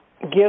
give